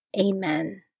Amen